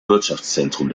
wirtschaftszentrum